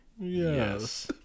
Yes